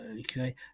Okay